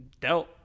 dealt